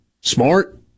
Smart